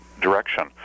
direction